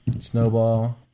snowball